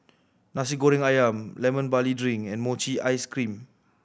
Nasi Goreng Ayam Lemon Barley Drink and mochi ice cream